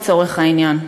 לצורך העניין: